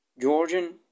Georgian